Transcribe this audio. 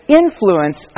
influence